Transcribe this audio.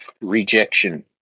rejection